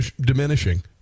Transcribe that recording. diminishing